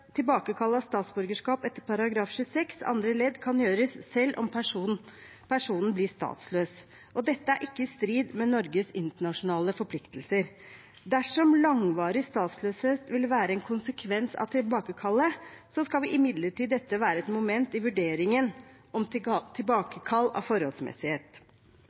statsborgerskap etter § 26 andre ledd kan gjøres selv om personen blir statsløs. Dette er ikke i strid med Norges internasjonale forpliktelser. Dersom langvarig statsløshet vil være en konsekvens av tilbakekallet, skal imidlertid dette være et moment i vurderingen av om tilbakekall er forholdsmessig. Det ble også lovfestet at statsborgerskap som er ervervet av